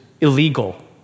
illegal